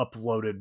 uploaded